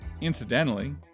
Incidentally